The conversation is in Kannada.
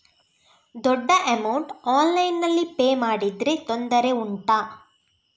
ದೊಡ್ಡ ಅಮೌಂಟ್ ಆನ್ಲೈನ್ನಲ್ಲಿ ಪೇ ಮಾಡಿದ್ರೆ ತೊಂದರೆ ಉಂಟಾ?